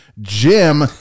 Jim